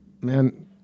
man